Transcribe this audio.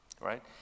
right